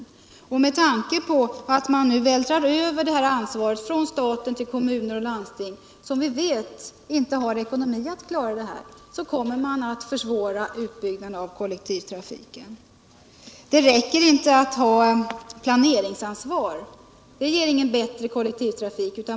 I och med att man nu vältrar över ansvaret från staten till kommuner och landsting, som vi vet inte har sådan ekonomi att de kan klara det här, kommer man att försvåra en utbyggnad av kollektivtrafiken. Det räcker inte att ha planeringsansvar — det ger ingen bättre kollektivtrafik.